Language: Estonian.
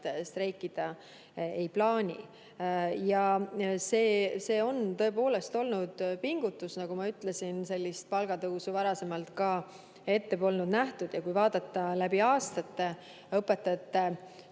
streikida ei plaani. See on tõepoolest olnud pingutus, nagu ma ütlesin. Sellist palgatõusu varem polnud ette nähtud. Ja kui vaadata läbi aastate õpetajate